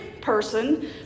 person